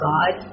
God